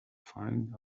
find